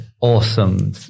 awesome